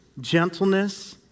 gentleness